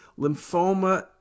Lymphoma